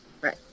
right